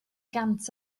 gant